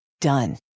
Done